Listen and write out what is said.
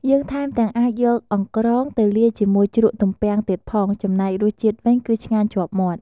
យើងថែមទាំងអាចយកអង្រ្កងទៅលាយជាមួយជ្រក់ទំពាំងទៀតផង ចំណែករសជាតិវិញគឺឆ្ងាញ់ជាប់មាត់។